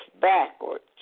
backwards